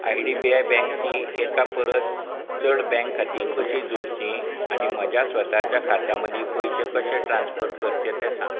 I D B I bank चीं एका परस चड बँक खातीं कशीं जोडचीं आनी म्हज्या स्वताच्या खात्यां मदीं पयशे कशें ट्रान्स्फर करचें तें सांग